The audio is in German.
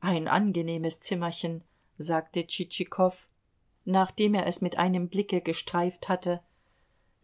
ein angenehmes zimmerchen sagte tschitschikow nachdem er es mit einem blicke gestreift hatte